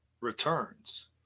returns